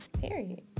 period